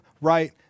right